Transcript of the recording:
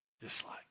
dislike